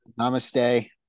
Namaste